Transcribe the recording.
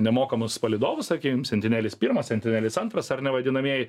nemokamus palydovus tarkim sentinelis pirmas sentinelis antras ar ne vadinamieji